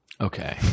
Okay